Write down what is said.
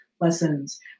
lessons